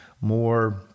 more